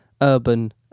urban